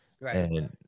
Right